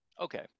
okay